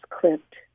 clipped